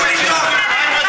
שלטון ועיתון.